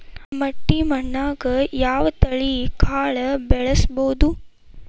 ಮಟ್ಟಿ ಮಣ್ಣಾಗ್, ಯಾವ ತಳಿ ಕಾಳ ಬೆಳ್ಸಬೋದು?